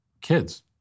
kids